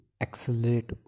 accelerate